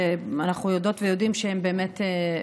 שאנחנו יודעות ויודעים שהם מהיותר-נפגעים,